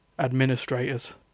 administrators